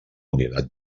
unitat